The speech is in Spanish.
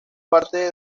parte